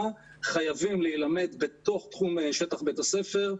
חייבים להילמד בתוך תחום שטח בית הספר.